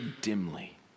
dimly